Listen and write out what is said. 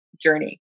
journey